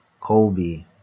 Kobe